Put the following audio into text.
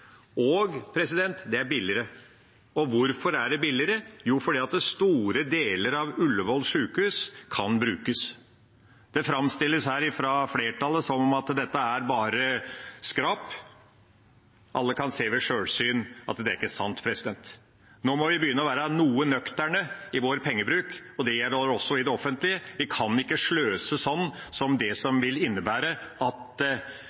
og det er billigere. Hvorfor er det billigere? Jo, fordi store deler av Ullevål sjukehus kan brukes. Det framstilles her fra flertallet som at det er bare skrap. Alle kan se ved sjølsyn at det ikke er sant. Nå må vi begynne å være noe nøkterne i vår pengebruk, og det gjelder også i det offentlige. Vi kan ikke sløse sånn som det at